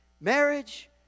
Marriage